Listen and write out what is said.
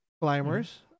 climbers